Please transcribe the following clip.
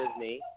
Disney